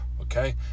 Okay